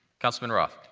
councilman roth?